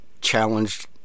challenged